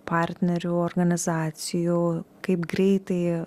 partnerių organizacijų kaip greitai